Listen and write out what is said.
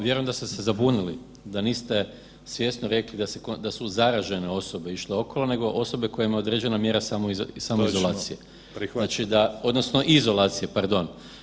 Vjerujem da ste se zabunili, da niste svjesno rekli da su zaražene osobe išle okolo, nego osobe kojima je određena mjera samoizolacije, znači da, odnosno izolacije, pardon.